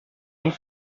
und